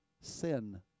Sin